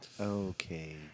okay